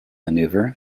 maneuver